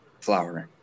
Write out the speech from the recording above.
flowering